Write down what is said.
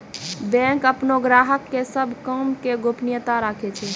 bank अपनो ग्राहको के सभ काम के गोपनीयता राखै छै